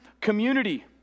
community